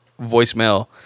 voicemail